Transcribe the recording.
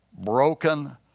Broken